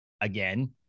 again